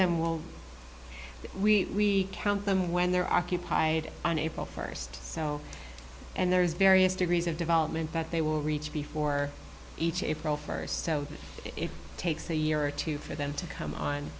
them will we count them when they're occupied on april first and there's various degrees of development that they will reach before each april first so it takes a year or two for them to come on